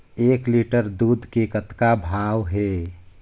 एक लिटर दूध के कतका भाव हे?